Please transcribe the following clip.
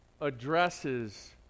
addresses